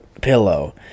pillow